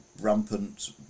Rampant